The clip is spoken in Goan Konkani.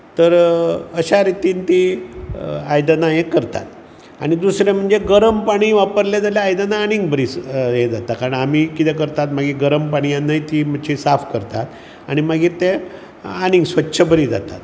तर अश्या रितीन तीं आयदानां हें करतात आनी दुसरें म्हणजे गरम पाणी वापरलें जाल्यार आयदानां आनीक बरी दिस हें जाता कारण आमी कितें करतात मागीर गरम पाणयान न्हय तीं मात्शीं साफ करतात आनी मागीर तें आनीक स्वच्छ बरीं जातात